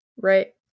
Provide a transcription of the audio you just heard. Right